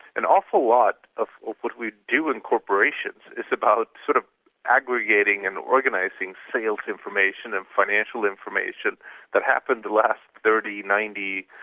an awful lot of what we do in corporations is about sort of aggregating and organising sales information and financial information that happened the last thirty, ninety,